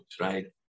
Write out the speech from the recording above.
right